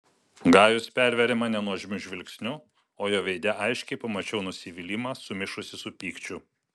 gajus pervėrė mane nuožmiu žvilgsniu o jo veide aiškiai pamačiau nusivylimą sumišusį su pykčiu